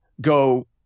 go